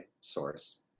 source